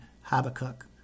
Habakkuk